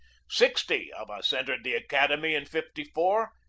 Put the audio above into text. sixty of us entered the academy in fifty four,